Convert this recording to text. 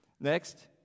Next